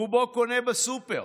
רובו קונה בסופר,